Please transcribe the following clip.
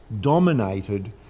dominated